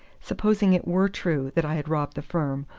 supposing it were true that i had robbed the firm,